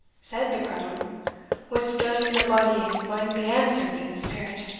said the crone what's dune in the body maun be answered in the spirit.